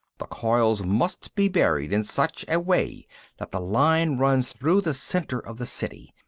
the coils must be buried in such a way that the line runs through the center of the city.